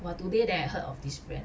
!wah! today then I heard of this brand